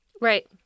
Right